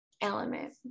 element